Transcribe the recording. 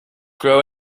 grow